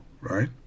right